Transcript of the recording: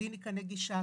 קליניקה נגישה,